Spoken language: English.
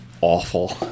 awful